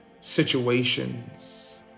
situations